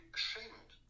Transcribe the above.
ashamed